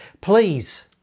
Please